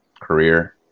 career